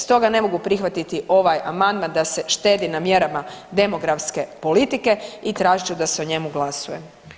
Stoga ne mogu prihvatiti ovaj amandman da se štedi na mjerama demografske politike i tražit ću da se o njemu glasuje.